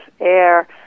air